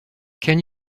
can